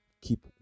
Keep